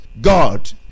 God